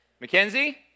Mackenzie